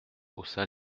haussa